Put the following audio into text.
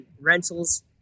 rentals